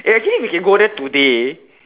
eh actually we can go there today